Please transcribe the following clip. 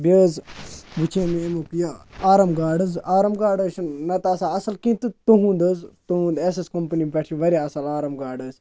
بیٚیہِ حظ وٕچھے مےٚ اَمیُک یہِ آرام گاڈ حظ آرام گاڈ حظ چھُنہٕ نَتہٕ آسان اَصٕل کینٛہہ تہٕ تُہُنٛد حظ تُہُنٛد ایٚس ایٚس کَمپٔنی پٮ۪ٹھ چھِ واریاہ اَصٕل آرام گاڈ حظ